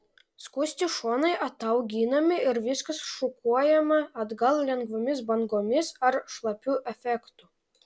skusti šonai atauginami ir viskas šukuojama atgal lengvomis bangomis ar šlapiu efektu